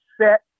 set